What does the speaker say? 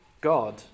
God